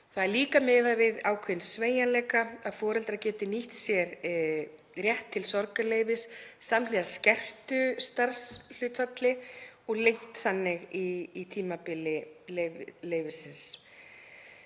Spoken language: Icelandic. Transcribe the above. Það er líka miðað við ákveðinn sveigjanleika; að foreldrar geti nýtt sér rétt til sorgarleyfis samhliða skertu starfshlutfalli og lengt þannig í tímabili leyfisins.